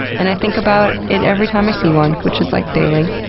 and i think about it every time i see one, which is like daily.